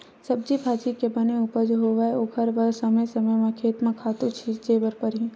सब्जी भाजी के बने उपज होवय ओखर बर समे समे म खेत म खातू छिते बर परही